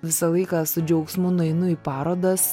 visą laiką su džiaugsmu nueinu į parodas